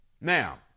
now